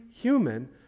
human